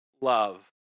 love